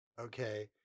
Okay